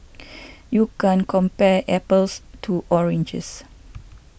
you can compare apples to oranges